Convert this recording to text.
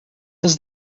does